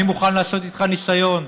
אני מוכן לעשות איתך ניסיון,